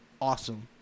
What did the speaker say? awesome